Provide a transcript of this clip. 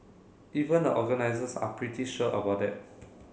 even the organisers are pretty sure about that